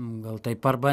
gal taip arba